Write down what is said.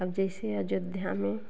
अब जैसे अयोध्या में